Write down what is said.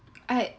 I